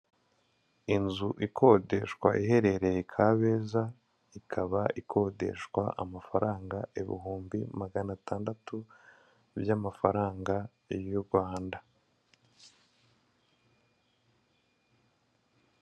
Inzu ikodeshwa iherereye Kabeza ikaba ikodeshwa amafaranga ibihumbi magana tandatu by'amafaranga y'u Rwanda